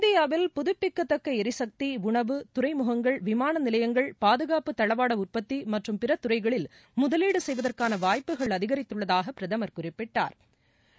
இந்தியாவில் புதுப்பிக்கதக்க ளிசக்தி உணவு துறைமுகங்கள் விமான நிலையங்கள் பாதுகாப்பு தளவாட உற்பத்தி மற்றும் பிற துறைகளில் முதலீடு செய்வதற்கான வாய்ப்புகள் அதிகரித்துள்ளதாக பிரதமா் குறிப்பிட்டா்